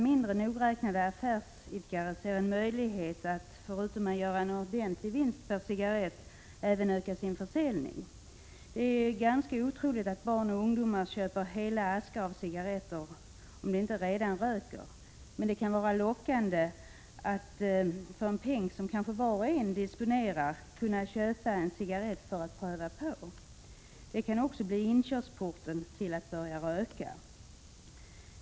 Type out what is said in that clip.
Mindre nogräknade affärsidkare ser en möjlighet att förutom att göra en ordentlig vinst per cigarett öka sin försäljning. Det är ganska otroligt att barn och ungdomar köper hela askar cigaretter, om de inte redan röker, men det kan vara lockande att för en peng som var och en disponerar kunna köpa en cigarett för att pröva. Det kan också bli inkörsporten till att man börjar röka.